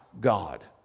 God